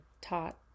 taught